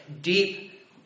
deep